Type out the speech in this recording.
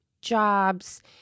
jobs